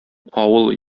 авыл